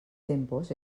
tempos